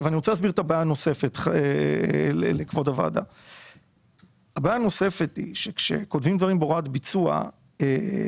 הבעיה הנוספת היא שכשכותבים דברים בהוראת ביצוע הם